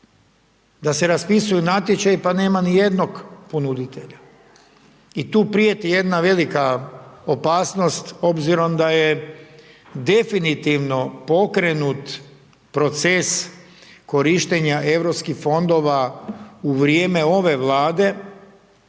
Da se raspisuju natječaji pa nema nijednog ponuditelja i tu prijeti jedna velika opasnost obzirom da je definitivno pokrenut proces korištenja europskih fondova u vrijeme ove Vlade